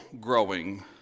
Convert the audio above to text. growing